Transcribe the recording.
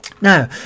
now